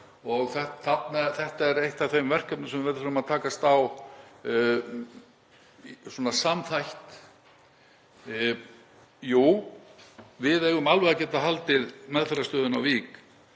Þetta er eitt af þeim verkefnum sem við þurfum að takast á um samþætt. Jú, við eigum alveg að geta haldið meðferðarstöðinni Vík